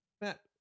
matt